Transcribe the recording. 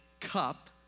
cup